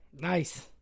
Nice